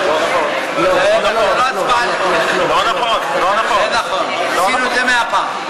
לא נכון, לא נכון, כן נכון, עשינו את זה מאה פעם.